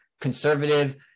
conservative